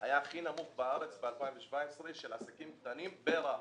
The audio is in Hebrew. היה הכי נמוך בארץ ב-2017, של עסקים קטנים ברהט.